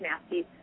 nasty